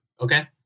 okay